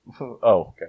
okay